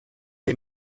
que